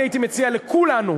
אני הייתי מציע לכולנו,